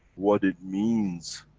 what it means.